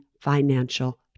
financial